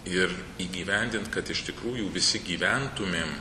ir įgyvendint kad iš tikrųjų visi gyventumėm